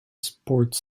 sports